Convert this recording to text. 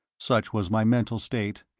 such was my mental state,